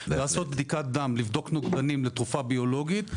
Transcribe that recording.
לעשות בדיקת דם לבדיקת נוגדנים לתרופה ביולוגית,